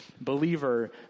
believer